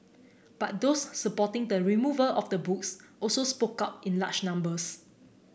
but those supporting the removal of the books also spoke up in large numbers